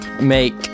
make